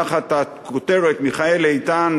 תחת הכותרת "מיכאל איתן,